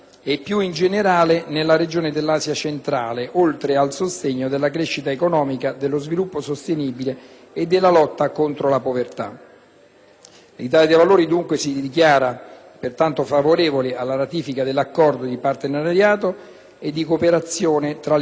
L'Italia dei Valori si dichiara pertanto favorevole alla ratifica dell'Accordo di partenariato e di cooperazione tra le Comunità europee e il Tagikistan.